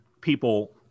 people